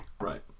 Right